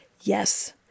yes